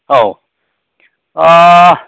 औ ओ